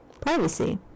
privacy